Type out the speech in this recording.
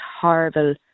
horrible